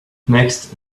next